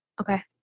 Okay